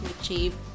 achieve